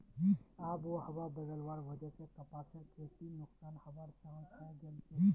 आबोहवा बदलवार वजह स कपासेर खेती नुकसान हबार चांस हैं गेलछेक